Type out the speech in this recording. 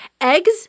eggs